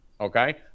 Okay